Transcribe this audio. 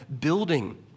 building